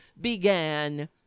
began